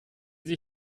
sie